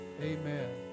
Amen